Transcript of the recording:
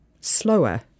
slower